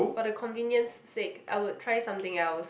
for the convenience sake I would try something else